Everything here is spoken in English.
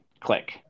click